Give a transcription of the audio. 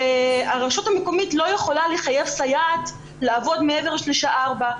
והרשות המקומית לא יכולה לחייב סייעת לעבוד מעבר לשעה ארבע,